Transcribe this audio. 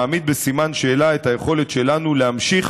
מעמיד בסימן שאלה את היכולת שלנו להמשיך